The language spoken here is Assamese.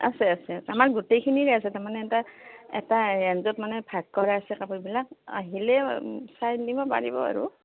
আছে আছে আমাৰ গোটেই খিনিৰে আছে তাৰমানে এটা এটা ৰেঞ্জত মানে ভাগ কৰা আছে কাপোৰবিলাক আহিলে চাই নিব পাৰিব আৰু